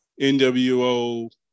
NWO